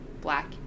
Black